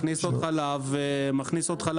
מכניס עוד חלב לשוק,